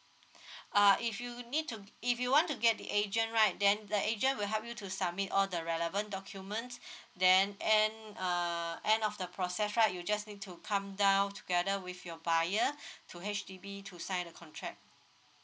uh if you need to if you want to get the agent right then the agent will help you to submit all the relevant documents then end uh end of the process right you just need to come down together with your buyer to H_D_B to sign the contract